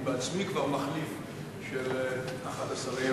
אבל אני בעצמי כבר מחליף של אחד השרים,